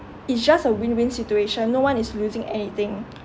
it's just a win win situation no one is losing anything